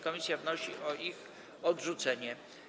Komisja wnosi o ich odrzucenie.